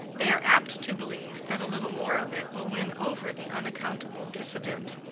they are apt to believe that a little more of it will win over the unaccountable dissident.